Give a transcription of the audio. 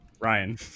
Ryan